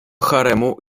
haremu